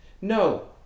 No